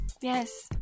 yes